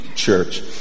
Church